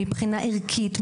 מבחינה ערכית,